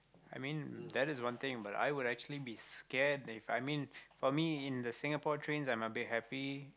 I mean that is one thing but I would I would actually be scared that I mean for me in the Singapore trains I am a bit happy